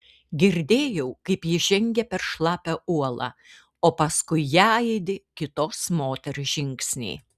girdėjau kaip ji žengia per šlapią uolą o paskui ją aidi kitos moters žingsniai